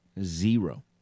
Zero